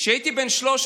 כשהייתי בן 13